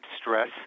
stress